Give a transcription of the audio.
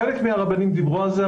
חלק מהרבנים דיברו על זה,